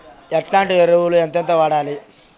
ఎట్లాంటి ఎరువులు ఎంతెంత వాడాలి?